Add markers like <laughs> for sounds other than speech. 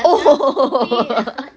oh <laughs>